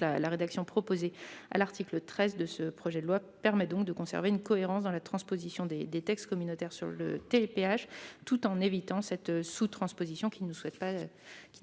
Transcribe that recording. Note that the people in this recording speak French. La rédaction proposée à l'article 13 du présent texte permet donc de conserver une cohérence dans la transposition des textes communautaires relatifs au télépéage tout en évitant cette sous-transposition, qui ne